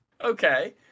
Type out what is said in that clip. Okay